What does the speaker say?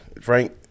Frank